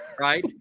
right